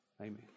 Amen